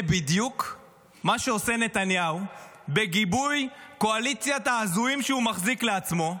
זה בדיוק מה שעושה נתניהו בגיבוי קואליציית ההזויים שהוא מחזיק לעצמו,